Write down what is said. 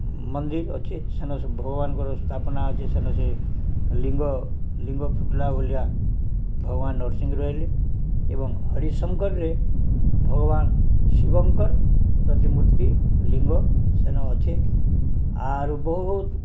ମନ୍ଦିର ଅଛେ ସେନ ଭଗବାନଙ୍କର ସ୍ଥାପନା ଅଛି ସେନ ସେ ଲିଙ୍ଗ ଲିଙ୍ଗ ଫୁଟଲା ଭଳିଆ ଭଗବାନ ନରସିଂହ ରହିଲେ ଏବଂ ହରିଶଙ୍କରରେ ଭଗବାନ ଶିବଙ୍କର ପ୍ରତିମୂର୍ତ୍ତି ଲିଙ୍ଗ ସେନ ଅଛେ ଆରୁ ବହୁତ